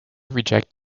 reject